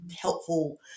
helpful